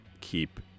keep